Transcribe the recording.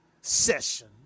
session